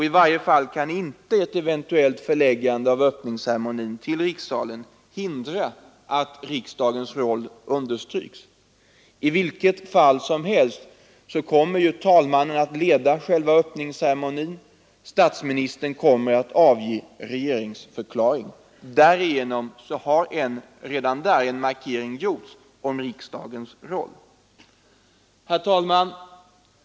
I varje fall kan inte ett eventuellt förläggande av ceremonin till rikssalen hindra att riksdagens roll understryks. Bestämt är att talmannen kommer att leda öppningsceremonin och att statsministern skall avge regeringsförklaring. Redan härigenom har en markering av riksdagens roll gjorts. Herr talman!